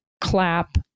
clap